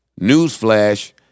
Newsflash